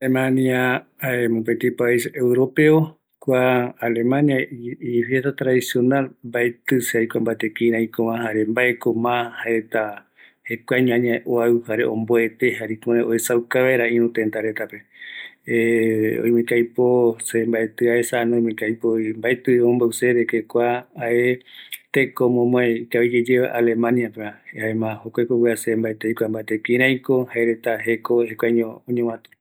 Kua alemania jae mopeti pais Europeo, kua Alemania ifiesta tradicional mbaeti se aikua mbate kiraiko jare mbaeko mas aesa, jekuaqeño añave oauka jare omboete, jare ipuere oesauka vaera ïru tëtäretape oime teiko aipo, se mbaeti aesa, erei oimeko aipovi, mbaetï omombeu seve de que kua jae teko momoe ikavigueva, ikavi gueye kua alemania peva, se mbaeti aikua kiraiko jaereta jeko jekuaeño oñovatu.